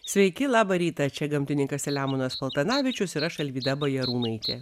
sveiki labą rytą čia gamtininkas selemonas paltanavičius ir aš alvyda bajarūnaitė